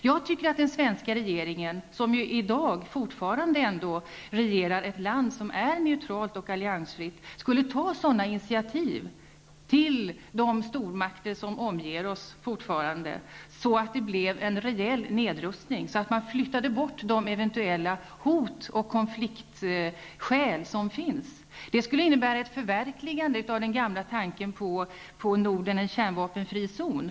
Jag tycker att den svenska regeringen, som ju i dag fortfarande ändå regerar ett land som är neutralt och alliansfritt, skulle ta sådana initiativ i förhållande till de stormakter som omger oss, att det blev en rejäl nedrustning och så att man flyttade bort de eventuella hot och konfliktskäl som finns. Detta skulle innebära ett förverkligande av den gamla tanken på Norden som en kärnvapenfri zon.